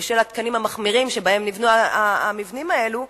בשל התקנים המחמירים שלפיהם נבנו המבנים האלה,